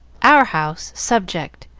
our house, subject,